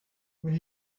when